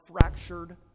fractured